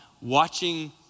watching